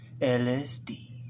LSD